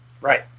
Right